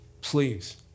please